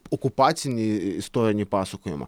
okupacinį istorinį pasakojimą